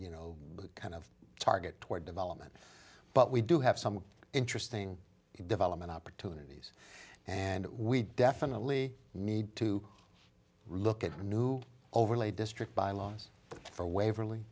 you know kind of target toward development but we do have some interesting development opportunities and we definitely need to look at a new overlay district bylaws for waverley